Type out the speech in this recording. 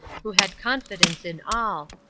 who had confidence in all,